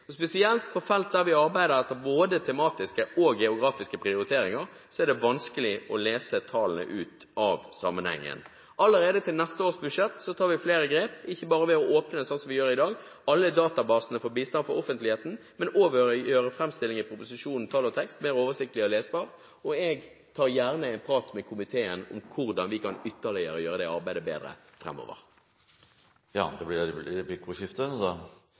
Spesielt på felt der vi arbeider etter både tematiske og geografiske prioriteringer, er det vanskelig å lese tallene ut av sammenhengen. Allerede i neste års budsjett tar vi flere grep, ikke bare ved å åpne – slik som vi gjør i dag – alle databasene for bistand for offentligheten, men også ved å gjøre framstillingen i proposisjonen, tall og tekst, mer oversiktlig og lesbar. Og jeg tar gjerne en prat med komiteen om hvordan vi ytterligere kan gjøre det arbeidet bedre framover. Det blir replikkordskifte.